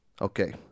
Okay